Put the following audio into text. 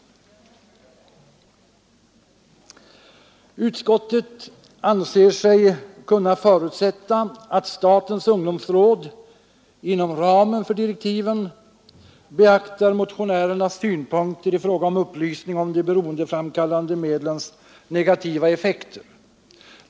Utskottet anser sig kunna förutsätta att statens ungdomsråd inom ramen för direktiven beaktar motionärernas synpunkter då det gäller upplysningen om de beroendeframkallande medlens negativa effekter.